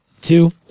two